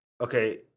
okay